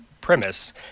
premise